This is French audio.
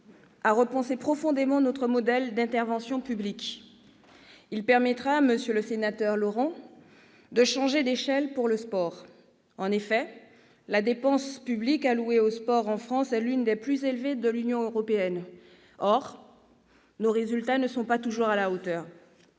à repenser profondément notre modèle d'intervention publique. Il permettra, monsieur Pierre Laurent, de changer d'échelle pour le sport. En effet, la dépense publique allouée au sport en France est l'une des plus élevées de l'Union européenne. Or nos résultats ne sont pas toujours à la hauteur,